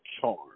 charge